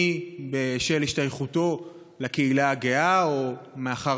מי בשל השתייכותו לקהילה הגאה או מאחר